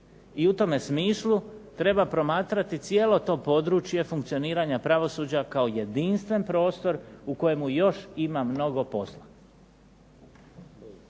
i u tome smislu treba promatrati cijelo to područje funkcioniranja pravosuđa kao jedinstveni prostor u kojemu još ima mnogo posla.